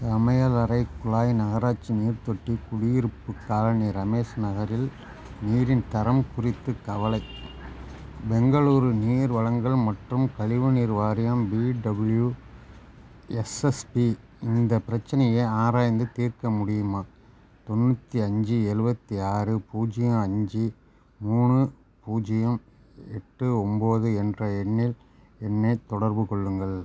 சமையலறைக் குழாய் நகராட்சி நீர் தொட்டி குடியிருப்பு காலனி ரமேஷ் நகரில் நீரின் தரம் குறித்துக் கவலை பெங்களூரு நீர் வழங்கல் மற்றும் கழிவுநீர் வாரியம் பிடபுள்யூஎஸ்எஸ்பி இந்த பிரச்சினையை ஆராய்ந்து தீர்க்க முடியுமா தொண்ணூற்றி அஞ்சு எழுவத்தி ஆறு பூஜ்ஜியம் அஞ்சு மூணு பூஜ்ஜியம் எட்டு ஒன்போது என்ற எண்ணில் என்னைத் தொடர்புக் கொள்ளுங்கள்